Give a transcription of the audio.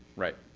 right.